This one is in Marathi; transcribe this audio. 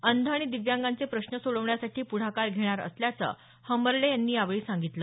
अंध आणि दिव्यांगांचे प्रश्न सोडवण्यासाठी पुढाकार घेणार असल्याचं हंबर्डे यांनी यावेळी सांगितलं